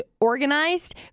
organized